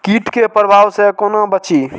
कीट के प्रभाव से कोना बचीं?